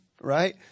Right